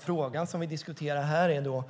Frågan som vi nu diskuterar är